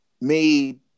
made